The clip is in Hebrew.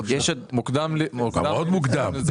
מוקדם --- מאוד מוקדם.